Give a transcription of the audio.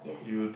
yes